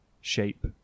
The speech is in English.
shape